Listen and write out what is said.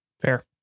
Fair